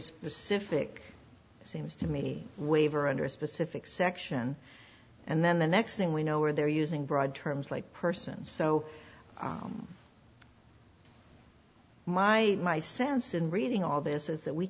specific it seems to me waiver under a specific section and then the next thing we know where they're using broad terms like person so my my sense in reading all this is that we